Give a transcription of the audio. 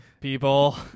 people